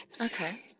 Okay